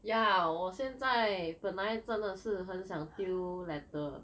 yeah 我现在本来真的是很想丢 letter